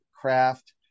craft